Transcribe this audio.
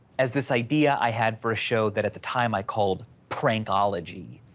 as this idea i had for a show that at the time i called prankology,